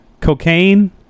cocaine